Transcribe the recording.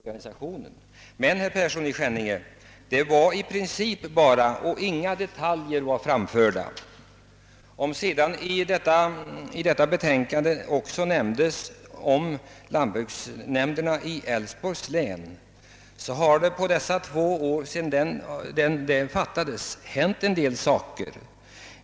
Herr talman! Jag är medveten om att den nya lantbruksorganisationen i princip beslöts 1965 men, herr Persson i Skänninge, det var bara i princip och inga detaljer var anförda. I det utlåtandet nämndes också lantbruksnämnderna i Älvsborgs län, men det har under de två år som gått sedan detta beslut fattades hänt en hel del.